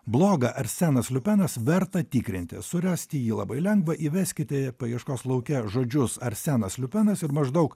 blogą arsenas liupenas verta tikrinti surasti jį labai lengva įveskite paieškos lauke žodžius arsenas liupenas ir maždaug